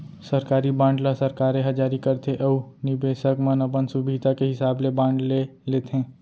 सरकारी बांड ल सरकारे ह जारी करथे अउ निबेसक मन अपन सुभीता के हिसाब ले बांड ले लेथें